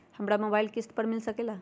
हमरा मोबाइल किस्त पर मिल सकेला?